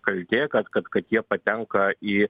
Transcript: kaltė kad kad kad jie patenka į